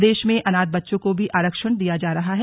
प्रदेश में अनाथ बच्चों को भी आरक्षण दिया जा रहा है